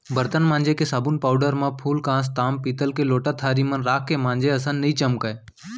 बरतन मांजे के साबुन पाउडर म फूलकांस, ताम पीतल के लोटा थारी मन राख के मांजे असन नइ चमकय